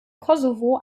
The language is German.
kosovo